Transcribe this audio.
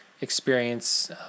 experience